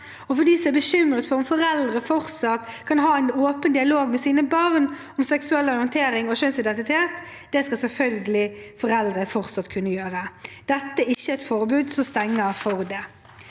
Noen er bekymret for om foreldre fortsatt kan ha en åpen dialog med sine barn om seksuell orientering og kjønnsidentitet. Det skal selvfølgelig foreldre fortsatt kunne gjøre. Dette er ikke et forbud som stenger for det.